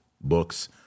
books